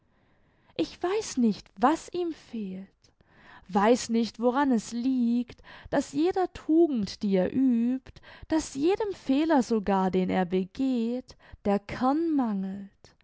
ich weiß nicht was ihm fehlt weiß nicht woran es liegt daß jeder tugend die er übt daß jedem fehler sogar den er begeht der kern mangelt